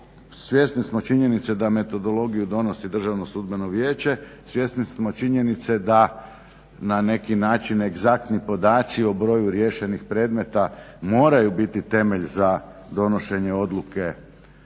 svjesni smo činjenice da metodologiju donosi Državno sudbeno vijeće, svjesni smo činjenice da na neki način egzaktni podaci o broju riješenih predmeta moraju biti temelj za donošenje odluke